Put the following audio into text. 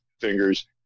fingers